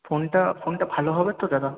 ফোনটা ফোনটা ভালো হবে তো দাদা